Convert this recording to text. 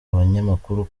abanyamakuru